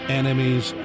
enemies